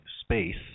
space